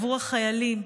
עבור החיילים,